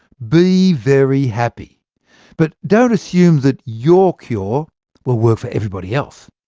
be very happy but don't assume that your cure will work for everybody else.